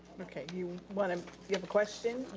okay, you want, um you have a question?